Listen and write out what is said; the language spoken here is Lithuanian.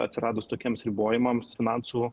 atsiradus tokiems ribojimams finansų